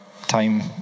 time